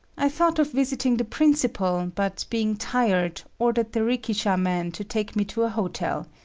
i thought of visiting the principal, but being tired, ordered the rikishaman to take me to a hotel.